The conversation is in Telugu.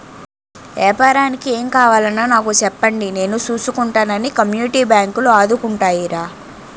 ఏపారానికి ఏం కావాలన్నా నాకు సెప్పండి నేను సూసుకుంటానని కమ్యూనిటీ బాంకులు ఆదుకుంటాయిరా